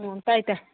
ꯑꯣ ꯇꯥꯏ ꯇꯥꯏ